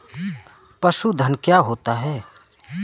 पशुधन क्या होता है?